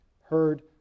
heard